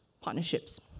partnerships